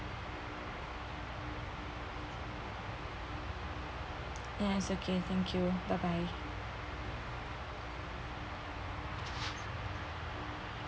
yes okay thank you bye bye